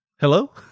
hello